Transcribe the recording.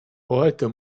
poeto